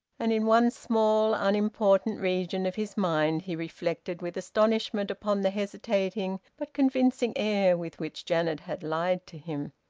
and in one small unimportant region of his mind he reflected with astonishment upon the hesitating but convincing air with which janet had lied to him.